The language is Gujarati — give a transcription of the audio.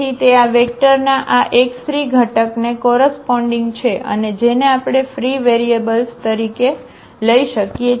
તેથી તે આ વેક્ટરના આ x3 ઘટકને કોરસપોન્ડીગ છે અને જેને આપણે ફ્રી વેરીએબલ્સતરીકે લઈ શકીએ છીએ